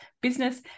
business